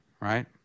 right